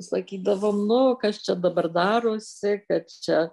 sakydavom nu kas čia dabar darosi kad čia